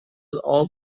all